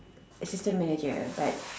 assistant manager but